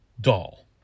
doll